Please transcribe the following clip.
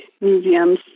museums